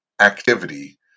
activity